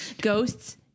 Ghosts